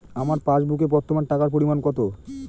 আমার পাসবুকে বর্তমান টাকার পরিমাণ কত?